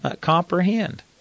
comprehend